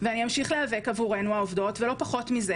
ואני אמשיך להיאבק עבורנו העובדות ולא פחות מזה